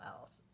else